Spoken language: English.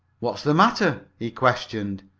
what's the matter? he questioned.